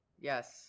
Yes